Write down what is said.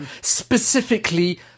specifically